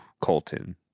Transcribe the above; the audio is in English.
Colton